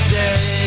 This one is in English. day